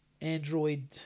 Android